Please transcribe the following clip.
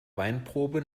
weinprobe